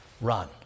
run